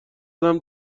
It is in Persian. زدم